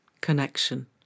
connection